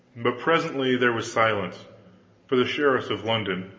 but presently there was silence for the sheriffs of london,